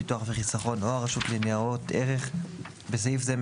ביטוח וחיסכון או הרשות לניירות ערך (בסעיף זה,